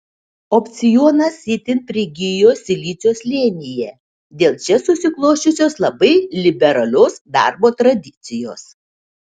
opcionas itin prigijo silicio slėnyje dėl čia susiklosčiusios labai liberalios darbo tradicijos